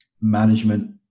management